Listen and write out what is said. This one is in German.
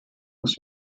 aus